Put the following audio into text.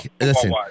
Listen